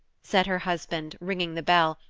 said her husband, ringing the bell,